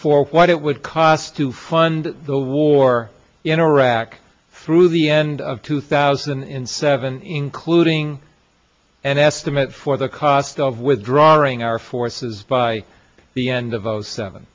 for what it would cost to fund the war in iraq through the end of two thousand and seven including an estimate for the cost of withdrawing our forces by the end of zero seven